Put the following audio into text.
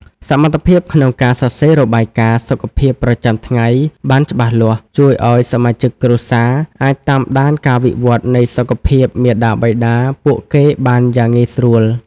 សមត្ថភាពក្នុងការសរសេររបាយការណ៍សុខភាពប្រចាំថ្ងៃបានច្បាស់លាស់ ជួយឱ្យសមាជិកគ្រួសារអាចតាមដានការវិវត្តនៃសុខភាពមាតាបិតាពួកគេបានយ៉ាងងាយស្រួល។